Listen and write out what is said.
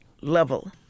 level